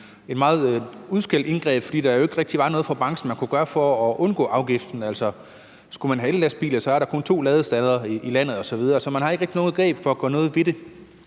et meget udskældt indgreb, fordi der jo ikke rigtig var noget, branchen kunne gøre for at undgå afgiften. Altså, skulle man have ellastbiler, er der kun to ladestandere i landet osv., så man har ikke rigtig noget greb til at kunne gøre noget ved det.